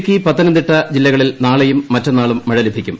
ഇടുക്കി പത്തനംതിട്ട ജില്ലകളിൽ നാളെയും മറ്റന്നാളും മഴ ലഭിക്കും